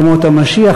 ימות המשיח.